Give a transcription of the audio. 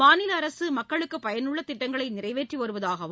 மாநில அரசு மக்களுக்கு பயனுள்ள திட்டங்களை நிறைவேற்றி வருவதாகவும்